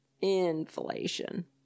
Inflation